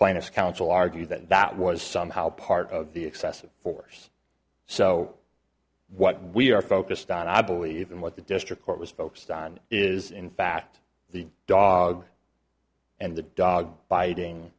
plaintiff's counsel argue that that was somehow part of the excessive force so what we are focused on i believe and what the district court was focused on is in fact the dog and the dog biting